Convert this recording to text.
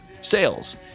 sales